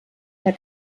der